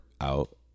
out